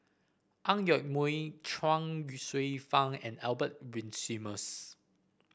Ang Yoke Mooi Chuang Hsueh Fang and Albert Winsemius